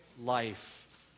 life